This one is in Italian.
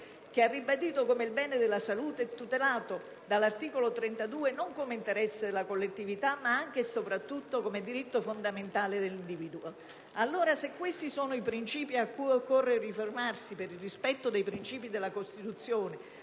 ha ribadito che il bene della salute è tutelato dall'articolo 32 non solo come interesse della collettività, ma anche e soprattutto come diritto fondamentale dell'individuo. Allora, se questi sono i principi a cui occorre uniformarsi per il rispetto dei principi della Costituzione,